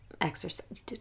exercise